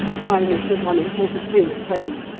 time is the one important thing at present.